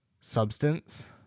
substance